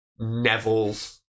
Neville's